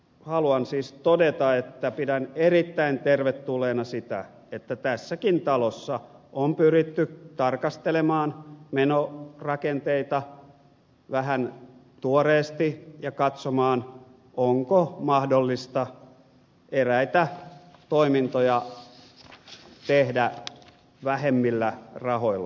haluan siis todeta että pidän erittäin tervetulleena sitä että tässäkin talossa on pyritty tarkastelemaan menorakenteita vähän tuoreesti ja katsomaan onko mahdollista eräitä toimintoja tehdä vähemmillä rahoilla